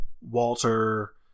Walter